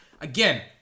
Again